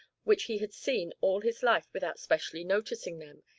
which he had seen all his life without specially noticing them,